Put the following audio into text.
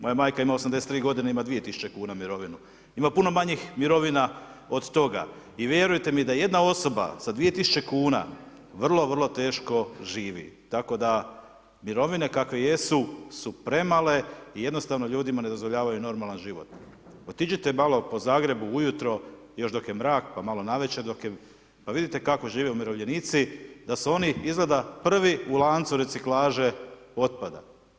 Moja majka ima 83. godine, ima 2.000,00 kn, ima puno manjih mirovina od toga i vjerujte mi da jedna osoba sa 2.000,00 kn vrlo, vrlo teško živi, tako da mirovine kakve jesu su premale i jednostavno ljudima ne dozvoljavaju normalan život, otiđite malo po Zagrebu ujutro, još dok je mrak, pa malo navečer, pa vidite kako žive umirovljenici, da su oni, izgleda, prvi u lancu reciklaže otpada.